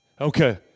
Okay